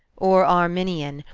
or arminian,